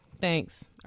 thanks